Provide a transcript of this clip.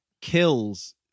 kills